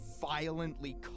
violently